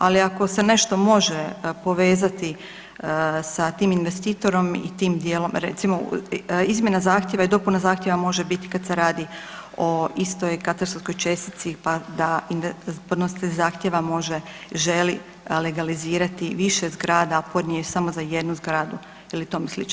Ali ako se nešto može povezati sa tim investitorom i tim dijelom recimo izmjena zahtjeva i dopuna zahtjeva može biti kada se radi o istoj katastarskoj čestici, pa da podnositelj zahtjeva može, želi legalizirati više zgrada a podnio je samo za jednu zgradu ili tome slično.